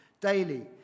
Daily